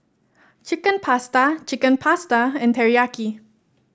Chicken Pasta Chicken Pasta and Teriyaki